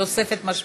תוספת משמעותית.